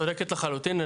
את צודקת לחלוטין.